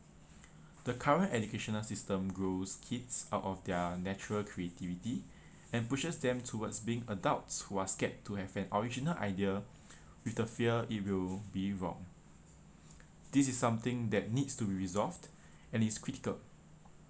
the current educational system grows kids out of their natural creativity and pushes them towards being adults who are scared to have an original idea with the fear it will be wrong this is something that needs to be resolved and is critical